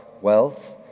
wealth